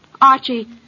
Archie